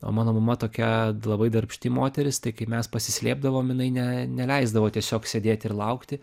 o mano mama tokia labai darbšti moteris tai kaip mes pasislėpdavom jinai ne neleisdavo tiesiog sėdėti ir laukti